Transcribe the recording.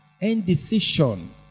indecision